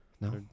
No